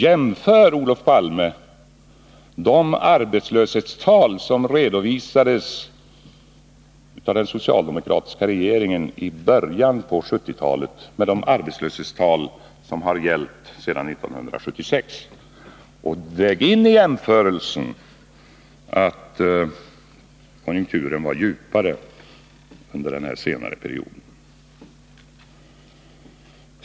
Jämför, Olof Palme, de arbetslöshetstal som redovisades av den socialdemokratiska regeringen i början av 1970-talet, med de arbetslöshetstal som har gällt sedan 1976. Och väg in i jämförelsen att konjunkturen var djupare under den här senare perioden.